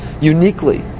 uniquely